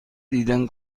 دیدن